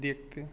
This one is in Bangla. দেখতে